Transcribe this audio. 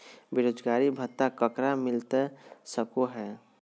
बेरोजगारी भत्ता ककरा मिलता सको है?